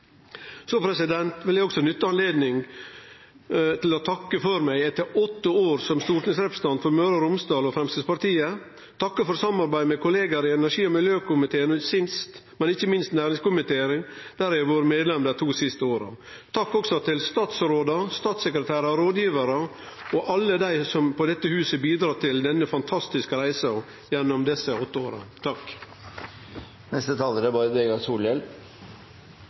Så vil eg også nytte anledninga til å takke for meg etter åtte år som stortingsrepresentant for Møre og Romsdal og Framstegspartiet. Eg takkar for samarbeidet med kollegaer i energi- og miljøkomiteen og sist, men ikkje minst næringskomiteen, der eg har vore medlem dei to siste åra. Takk også til statsrådar, statssekretærar og rådgjevarar og alle dei som på dette huset har bidrege til denne fantastiske reisa gjennom desse åtte åra. To utfordringar overgår andre i tiåra framover. Den eine er det